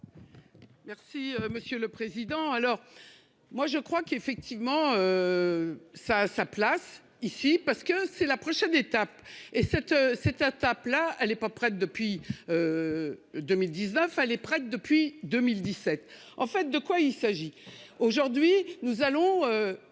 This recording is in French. Merci monsieur le président, alors. Moi je crois qu'effectivement. Ça sa place ici parce que c'est la prochaine étape et cette cette attaque là elle est pas prête depuis. 2019 allait prête depuis 2017 en fait de quoi il s'agit